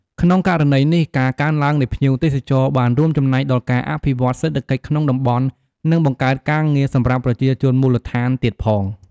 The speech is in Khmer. ក្នុងករណីនេះ ការកើនឡើងនៃភ្ញៀវទេសចរ បានរួមចំណែកដល់ការអភិវឌ្ឍន៍សេដ្ឋកិច្ចក្នុងតំបន់ និងបង្កើតការងារសម្រាប់ប្រជាជនមូលដ្ឋានទៀតផង។